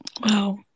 wow